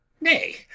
Nay